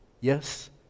Yes